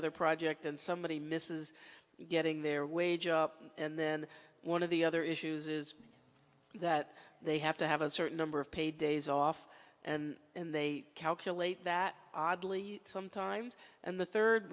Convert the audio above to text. other project and somebody misses getting their wages up and then one of the other issues is that they have to have a certain number of paid days off and they calculate that oddly some times and the third